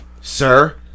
sir